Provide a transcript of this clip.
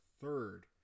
third